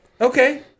Okay